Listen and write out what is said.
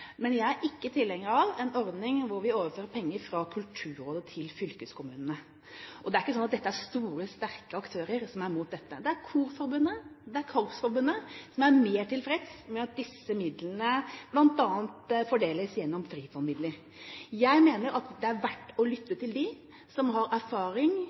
Men jeg er ikke tilhenger av en ordning hvor vi overfører penger fra Kulturrådet til fylkeskommunene. Det er ikke slik at de som er mot dette, er store, sterke aktører. Det er Korforbundet, det er korpsforbundet, som er mer tilfreds med at disse midlene bl.a. fordeles gjennom Frifond-midler. Jeg mener det er verdt å lytte til dem som har erfaring,